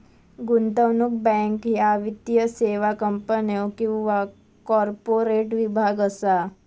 गुंतवणूक बँक ह्या वित्तीय सेवा कंपन्यो किंवा कॉर्पोरेट विभाग असा